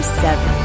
seven